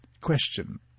Question